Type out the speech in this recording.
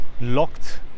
locked